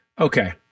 Okay